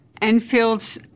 Enfield's